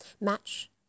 Match